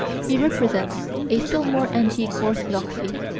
he represents a still more antique orthodoxy,